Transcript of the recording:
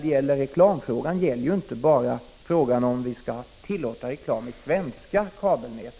1985/86:50 reklam i svenska kabelnät, i svenska sändningar, eller inte.